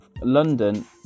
London